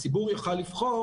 הציבור יוכל לבחור,